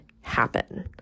happen